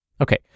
Okay